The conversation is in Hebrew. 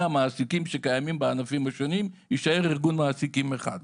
המעסיקים שקיימים בענפים השונים ויישאר ארגון מעסיקים אחד.